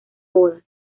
bodas